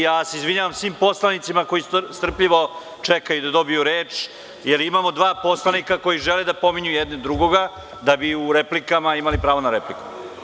Ja se izvinjavam svim poslanicima koji strpljivo čekaju da dobiju reč, jer imamo dva poslanika koji žele da pominju jedni drugoga, da bi u replikama imali pravo na repliku.